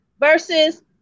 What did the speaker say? versus